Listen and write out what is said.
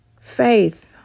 faith